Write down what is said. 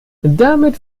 damit